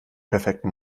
perfekten